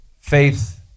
faith